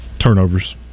Turnovers